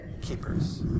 keepers